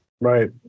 Right